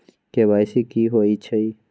KYC कि होई छई?